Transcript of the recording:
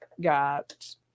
got